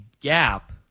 gap